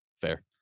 Fair